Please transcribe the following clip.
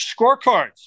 scorecards